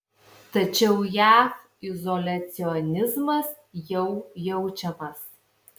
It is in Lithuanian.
tačiau jav izoliacionizmas jau jaučiamas